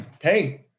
Hey